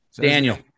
Daniel